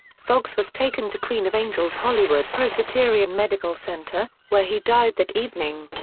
foxx was taken to queen of angels hollywood presbyterian medical center, where he died that evening.